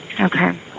Okay